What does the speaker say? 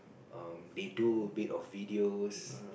um they do a bit of videos